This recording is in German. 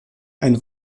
ein